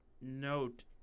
note